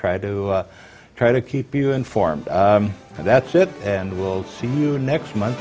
try to try to keep you informed and that's it and we'll see you next month